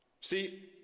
See